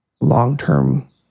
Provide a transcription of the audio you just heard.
long-term